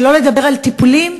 שלא לדבר על טיפולים,